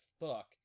fuck